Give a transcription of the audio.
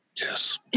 Yes